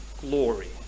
glory